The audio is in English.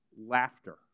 laughter